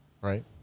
Right